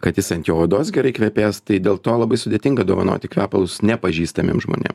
kad jis ant jo odos gerai kvepės tai dėl to labai sudėtinga dovanoti kvepalus nepažįstamiem žmonėm